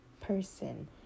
person